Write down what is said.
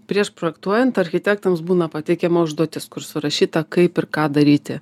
prieš projektuojant architektams būna pateikiama užduotis kur surašyta kaip ir ką daryti